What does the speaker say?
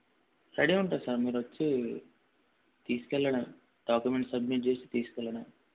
ready ఉంటుంది sir మీరు వచ్చి తీసుకెళ్ళడమే డాక్యుమెంట్స్ సబ్మిట్ చేసి తీసుకెళ్ళడమే